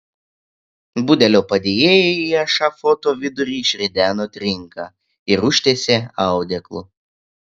budelio padėjėjai į ešafoto vidurį išrideno trinką ir užtiesė audeklu